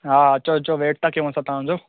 हा अचो अचो असां वेट था कयूं तव्हां जो